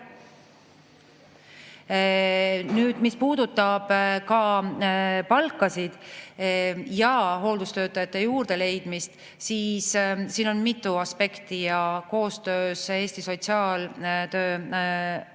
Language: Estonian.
Nüüd, mis puudutab palkasid ja hooldustöötajate leidmist, siis siin on mitu aspekti. Koostöös Eesti Sotsiaaltöö